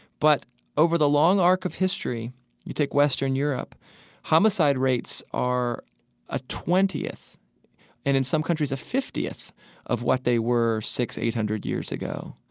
but over the long arc of history you take western europe homicide rates are a twentieth and in some countries a fiftieth of what they were six hundred, eight hundred years ago,